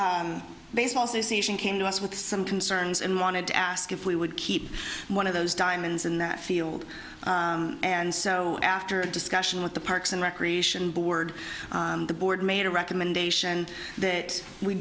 the baseball season came to us with some concerns and wanted to ask if we would keep one of those diamonds in the field and so after a discussion with the parks and recreation board the board made a recommendation that we